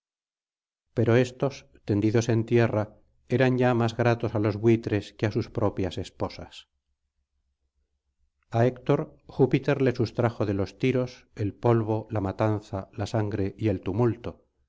pero éstos tendidos en tierra eran ya más gratos á los buitres que á sus propias esposas a héctor júpiter le sustrajo de los tiros el polvo la matanza la sangre y el tumulto